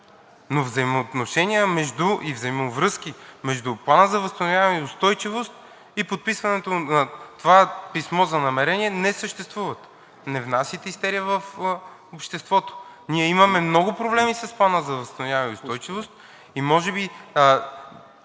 но взаимоотношения и взаимовръзки между Плана за възстановяване и устойчивост и подписването на това писмо за намерения не съществуват. Не внасяйте истерия в обществото. Ние имаме много проблеми с Плана за възстановяване и устойчивост и може би